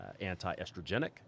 anti-estrogenic